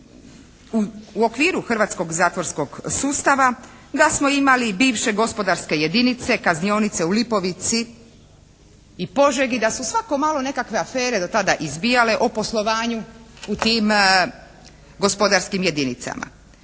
u okviru hrvatskog zatvorskog sustava da smo imali bivše gospodarske jedinice, kaznionice u Lipovici i Požegi, da su svako malo nekakve afere do tada izbijale o poslovanju u tim gospodarskim jedinicama.